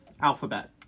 Alphabet